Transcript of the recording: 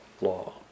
law